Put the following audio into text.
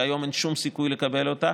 שהיום אין שום סיכוי לקבל אותה,